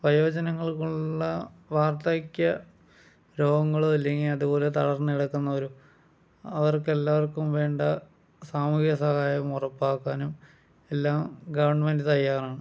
വയോജനങ്ങൾക്ക് ഉള്ള വാർദ്ധക്യ രോഗങ്ങളോ അല്ലെങ്കിൽ അതുപോലെ തളർന്ന് കിടക്കുന്നവരോ അവർക്ക് എല്ലാവർക്കും വേണ്ട സാമൂഹിക സഹായം ഉറപ്പാക്കാനും എല്ലാം ഗവൺമെൻറ് തയ്യാറാണ്